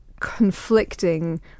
conflicting